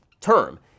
term